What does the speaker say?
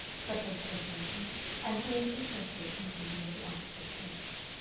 such as flirtation and being interested in people of the opposite sex.